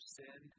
sin